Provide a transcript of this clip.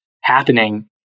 happening